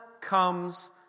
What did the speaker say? comes